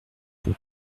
pour